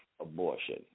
abortion